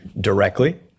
directly